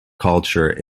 culture